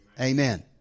Amen